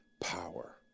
power